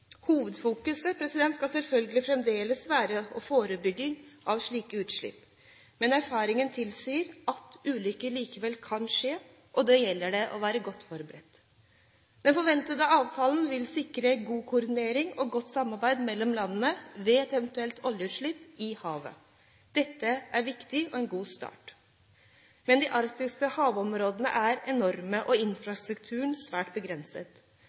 Hovedfokuset skal selvfølgelig fremdeles være forebygging av slike utslipp, men erfaring tilsier at ulykker likevel kan skje, og da gjelder det å være godt forberedt. Den forventede avtalen vil sikre god koordinering og godt samarbeid mellom landene ved et eventuelt oljeutslipp i havet. Dette er viktig og en god start. Men de arktiske havområdene er enorme, og infrastrukturen er svært begrenset.